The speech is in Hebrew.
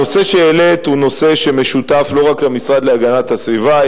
הנושא שהעלית הוא נושא לא רק של משרד להגנת הסביבה,